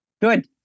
Good